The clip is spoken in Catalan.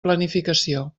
planificació